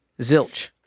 Zilch